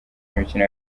imikino